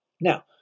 Now